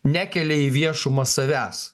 nekelia į viešumą savęs